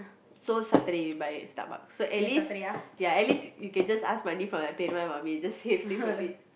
so Saturday buy Starbucks so at least ya at least you can just ask money from my payment money just need to save a bit